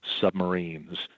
submarines